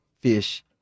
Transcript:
fish